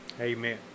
Amen